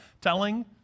telling